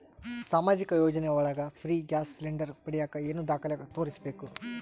ಸಾಮಾಜಿಕ ಯೋಜನೆ ಒಳಗ ಫ್ರೇ ಗ್ಯಾಸ್ ಸಿಲಿಂಡರ್ ಪಡಿಯಾಕ ಏನು ದಾಖಲೆ ತೋರಿಸ್ಬೇಕು?